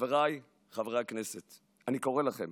חבריי חברי הכנסת, אני קורא לכם